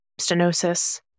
stenosis